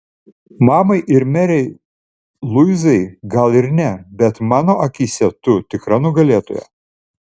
mamai ir merei luizai gal ir ne bet mano akyse tu tikra nugalėtoja